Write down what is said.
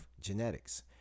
genetics